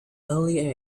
early